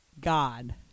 God